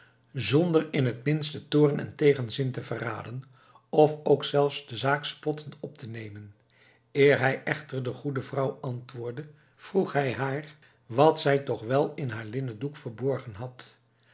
zonder in t minste toorn en tegenzin te verraden of ook zelfs de zaak spottend op te nemen eer hij echter de goede vrouw antwoordde vroeg hij haar wat zij toch wel in haar linnen doek verborgen had